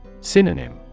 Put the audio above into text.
Synonym